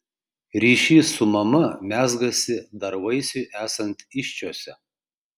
ryšys su mama mezgasi dar vaisiui esant įsčiose